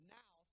now